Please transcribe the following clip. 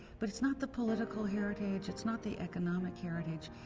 but it's not the political heritage, it's not the economic heritage,